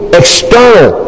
external